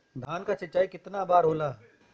धान क सिंचाई कितना बार होला?